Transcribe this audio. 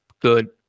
good